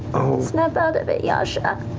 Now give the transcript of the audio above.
snap out of it, yasha.